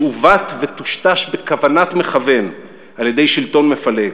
שעוות וטושטש בכוונת מכוון על-ידי שלטון מפלג.